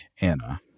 Anna